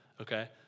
Okay